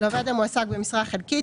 לעובד המועסק במשרה חלקית,